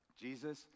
Jesus